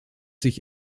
sich